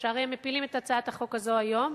שהרי הם מפילים את הצעת החוק הזאת היום,